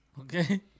okay